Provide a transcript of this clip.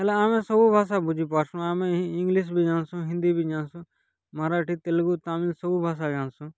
ବେଲେ ଆମେ ସବୁ ଭାଷା ବୁଝି ପାରୁଛୁଁ ଆମେ ଇଂ ଇଂଲିଶ୍ ବି ଜାନୁସୁଁ ହିନ୍ଦୀ ବି ଜାନୁସୁଁ ମରାଠୀ ତେଲ୍ଗୁ ତାମିଲ୍ ସବୁ ଭାଷା ଜାନିସୁଁ